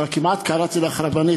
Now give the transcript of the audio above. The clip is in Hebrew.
כבר כמעט קראתי לך רבנית,